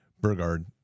Burgard